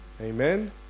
Amen